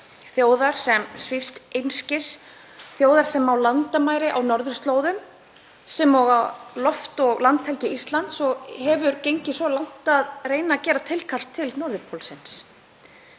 þjóðar sem svífst einskis, þjóðar sem á landamæri á norðurslóðum sem og að loft- og landhelgi Íslands og hefur gengið svo langt að reyna að gera tilkall til norðurpólsins.